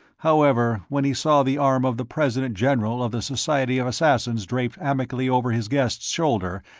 however, when he saw the arm of the president-general of the society of assassins draped amicably over his guest's shoulder,